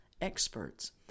experts